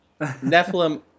Nephilim